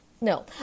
no